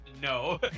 no